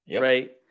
right